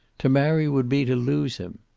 to marry would be to lose him.